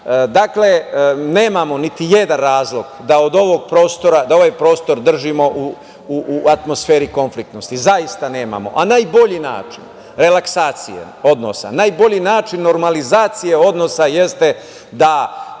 ataka. Nemamo ni jedan razlog da ovaj prostor držimo u atmosferi konfliktnosti, zaista nemamo, a najbolji način relaksacije odnosa, najbolji način normalizacije odnosa jeste da